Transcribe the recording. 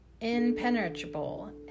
impenetrable